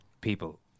people